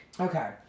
Okay